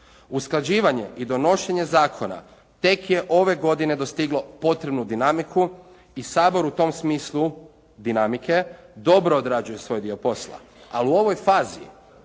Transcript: Usklađivanje i donošenje zakona tek je ove godine dostiglo potrebnu dinamiku i Sabor u tom smislu dinamike dobro odrađuje svoj dio posla. Ali u ovoj fazi